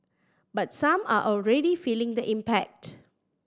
but some are already feeling the impact